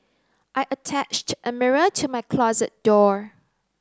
I attached a mirror to my closet door